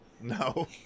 No